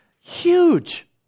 huge